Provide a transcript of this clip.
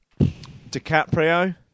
DiCaprio